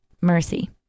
mercy